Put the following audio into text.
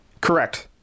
correct